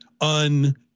un